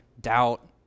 Doubt